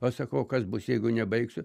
o sakau o kas bus jeigu nebaigsiu